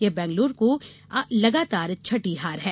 यह बैंगलोर की लगातार छठी हार है